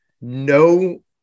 no